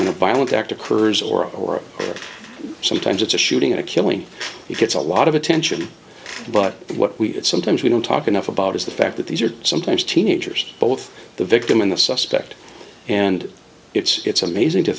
a violent act occurs or sometimes it's a shooting a killing it gets a lot of attention but what we sometimes we don't talk enough about is the fact that these are sometimes teenagers both the victim and the suspect and it's amazing to